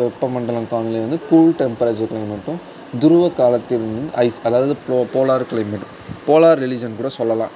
வெப்ப மண்டலம் காலநிலை வந்து கூல் டெம்பரேச்சரில் மட்டும் துருவ காலத்திலும் ஐஸ் அதாவது போலார் கிளைமேட் போலார் ரிஜியன்னு கூட சொல்லலாம்